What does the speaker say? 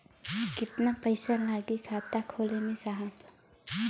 कितना पइसा लागि खाता खोले में साहब?